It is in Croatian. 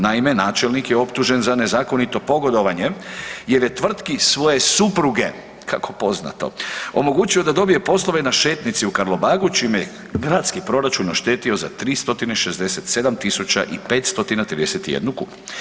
Naime, načelnik je optužen za nezakonito pogodovanje jer je tvrtki svoje supruge, kako poznato, omogućio da dobije poslove na šetnici u Karlobagu čime je gradski proračun oštetio za 367.531 kunu.